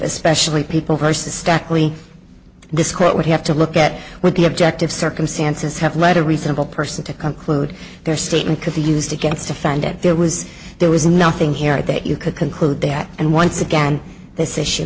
especially people versus stukely this court would have to look at what the objective circumstances have led a reasonable person to conclude their statement could be used against offended there was there was nothing here that you could conclude that and once again th